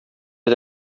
wir